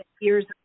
years